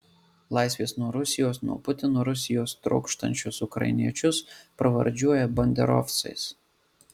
laisvės nuo rusijos nuo putino rusijos trokštančius ukrainiečius pravardžiuoja banderovcais